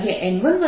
331